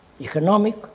Economic